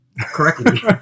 correctly